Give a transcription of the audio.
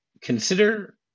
consider